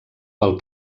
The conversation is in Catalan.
pel